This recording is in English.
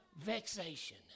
vexation